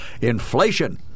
inflation